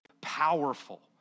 powerful